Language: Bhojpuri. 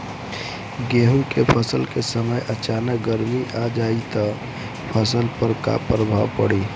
गेहुँ के फसल के समय अचानक गर्मी आ जाई त फसल पर का प्रभाव पड़ी?